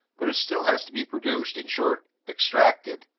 but it still has to be produced, in short, extracted.